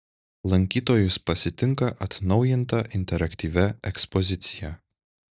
lankytojus pasitinka atnaujinta interaktyvia ekspozicija